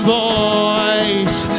voice